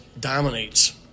dominates